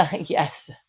Yes